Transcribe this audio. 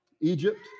Egypt